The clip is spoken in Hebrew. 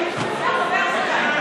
זה החבר שלנו.